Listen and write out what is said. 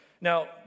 Now